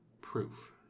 proof